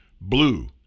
blue